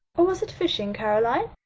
or was it fishing, caroline?